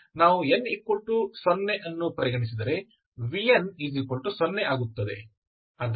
ನಾವು n0 ಅನ್ನು ಪರಿಗಣಿಸಿದರೆ n0 ಆಗುತ್ತದೆ